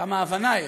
כמה הבנה יש.